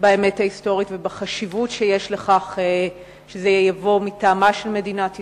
באמת ההיסטורית ובחשיבות שיש לכך שזה יבוא מטעמם של מדינת ישראל,